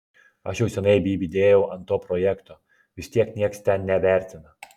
aš jau seniai bybį dėjau ant to projekto vis tiek nieks ten nevertina